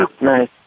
Nice